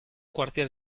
quartier